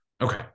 Okay